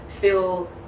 feel